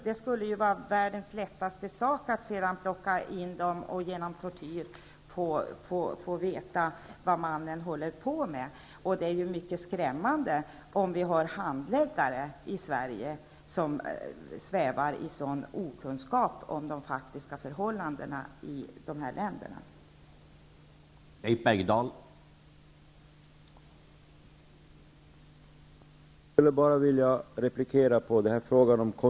Det skulle i så fall vara världens lättaste sak att ta in familjemedlemmar för förhör och med hjälp av tortyr få information om vad mannen i fråga håller på med. Om vi har handläggare i Sverige som svävar i okunskap om de faktiska förhållanden som råder i de här länderna är det skrämmande.